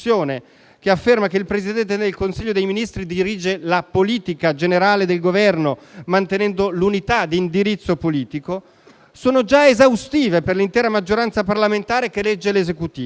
che afferma che «il Presidente del Consiglio dei ministri dirige la politica generale del Governo», mantenendo «l'unità di indirizzo politico» - sono già esaustive per l'intera maggioranza parlamentare che regge l'Esecutivo.